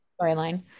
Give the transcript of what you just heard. storyline